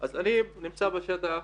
קודם כל רוצה להסביר,